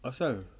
asal